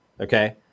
Okay